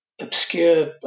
obscure –